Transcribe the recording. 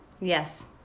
Yes